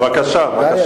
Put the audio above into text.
בבקשה, בבקשה.